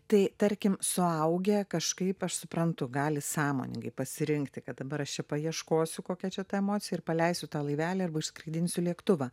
tai tarkim suaugę kažkaip aš suprantu gali sąmoningai pasirinkti kad dabar aš čia paieškosiu kokia čia ta emocija ir paleisiu tą laivelį arba išskraidinsiu lėktuvą